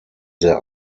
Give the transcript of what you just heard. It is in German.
sehr